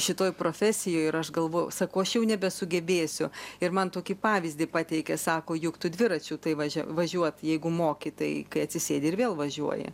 šitoj profesijoj ir aš galvoju sakau aš jau nebesugebėsiu ir man tokį pavyzdį pateikė sako juk tu dviračiu tai važia važiuot jeigu moki tai kai atsisėdi ir vėl važiuoji